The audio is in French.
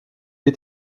est